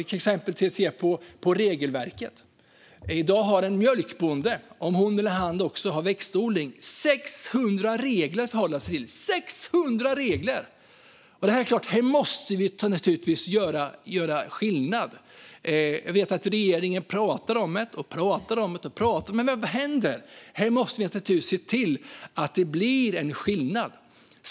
Vi kan titta på regelverket. Om en mjölkbonde i dag också har växtodling har hon eller han 600 regler att hålla sig till. 600 regler! Här måste vi naturligtvis göra skillnad. Jag vet att regeringen pratar och pratar om saken, men vad händer? Här måste vi se till att det blir en skillnad.